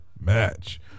match